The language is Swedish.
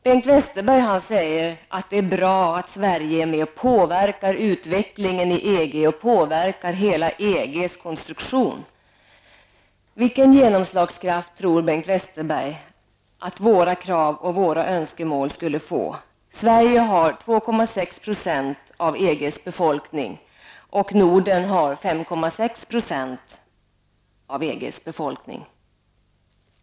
Bengt Westerberg sade att det är bra att Sverige är med och påverkar utvecklingen i EG liksom EGs hela konstruktion. Vilken genomslagskraft tror Bengt Westerberg att våra krav och önskemål skulle få? Sverige har 2,6 % av EGs befolkning och Norden 5,6 %.